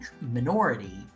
minority